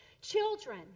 children